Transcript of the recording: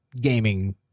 gaming